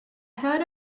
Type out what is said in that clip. heard